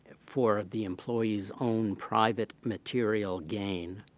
for the employee's own private material gain.